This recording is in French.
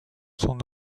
son